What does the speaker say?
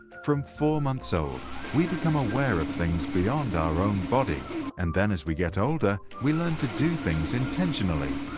from four months old, we become aware of things beyond our own body and then as we get older we learn to do things intentionally.